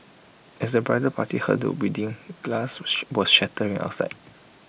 as the bridal party huddled within glass was shattering outside